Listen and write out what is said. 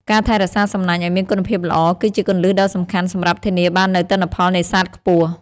ការថែរក្សាសំណាញ់ឲ្យមានគុណភាពល្អ គឺជាគន្លឹះដ៏សំខាន់សម្រាប់ធានាបាននូវទិន្នផលនេសាទខ្ពស់។